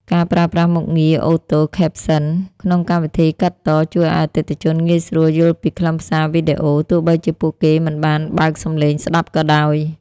ការប្រើប្រាស់មុខងារ Auto Caption ក្នុងកម្មវិធីកាត់ត ជួយឱ្យអតិថិជនងាយស្រួលយល់ពីខ្លឹមសារវីដេអូ ទោះបីជាពួកគេមិនបានបើកសំឡេងស្ដាប់ក៏ដោយ។